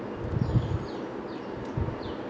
lunch ah make sambal lah